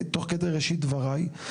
תוך כדי ראשית דבריי.